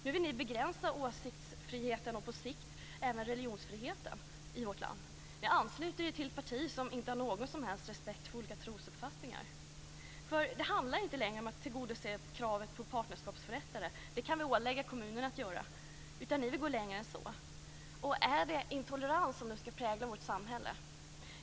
Nu vill ni begränsa åsiktsfriheten och på sikt även religionsfriheten i vårt land. Ni ansluter er till ett parti som inte har någon som helst respekt för olika trosuppfattningar. Det handlar inte längre om att tillgodose kravet på partnerskapsförrättare - det kan vi ålägga kommunerna att göra - utan ni vill gå längre än så. Är det intolerans som nu ska prägla vårt samhälle?